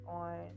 on